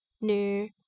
new